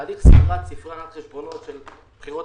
שתהליך סגירת ספרי החשבונות של הבחירות